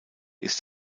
ist